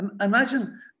Imagine